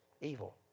Evil